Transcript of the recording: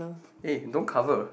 eh don't cover